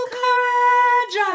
courage